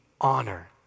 honor